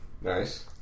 Nice